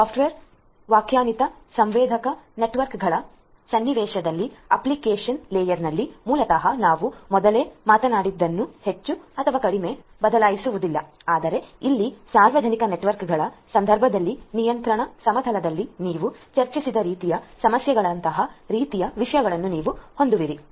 software ವ್ಯಾಖ್ಯಾನಿತ sensor ನೆಟ್ವರ್ಕ್ಗಳ ಸನ್ನಿವೇಶದಲ್ಲಿ ಅಪ್ಲಿಕೇಶನ್ ಲೇಯರ್ನಲ್ಲಿ ಮೂಲತಃ ನಾವು ಮೊದಲೇ ಮಾತನಾಡಿದ್ದನ್ನು ಹೆಚ್ಚು ಅಥವಾ ಕಡಿಮೆ ಬದಲಾಯಿಸುವುದಿಲ್ಲ ಆದರೆ ಇಲ್ಲಿ ಸಾರ್ವಜನಿಕ ನೆಟ್ವರ್ಕ್ಗಳ ಸಂದರ್ಭದಲ್ಲಿ ನಿಯಂತ್ರಣ ಸಮತಲದಲ್ಲಿ ನೀವು ಚರ್ಚಿಸಿದ ರೀತಿಯ ಸಮಸ್ಯೆಗಳಂತಹ ರೀತಿಯ ವಿಷಯಗಳನ್ನು ನೀವು ಹೊಂದಿರುವಿರಿ